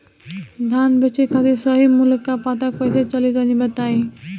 धान बेचे खातिर सही मूल्य का पता कैसे चली तनी बताई?